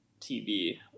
TV